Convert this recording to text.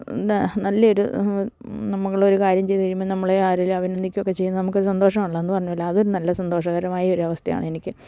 എന്താണ് നല്ലൊരു നമ്മളൊരു കാര്യം ചെയ്തുകഴിയുമ്പോള് നമ്മളെ ആരെങ്കിലും അഭിനന്ദിക്കുകയൊക്കെ ചെയ്യുന്നത് നമുക്കൊരു സന്തോഷമാണല്ലോ എന്നു പറഞ്ഞതുപോലെ അതൊരു നല്ല സന്തോഷകരമായൊരു അവസ്ഥയാണെനിക്ക്